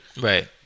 right